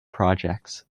projects